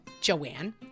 Joanne